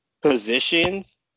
positions